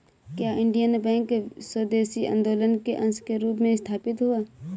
क्या Indian bank स्वदेशी आंदोलन के अंश के रूप में स्थापित हुआ?